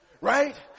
right